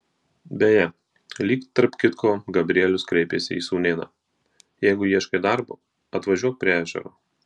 beje lyg tarp kitko gabrielius kreipėsi į sūnėną jeigu ieškai darbo atvažiuok prie ežero